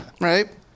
Right